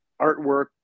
artwork